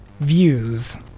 views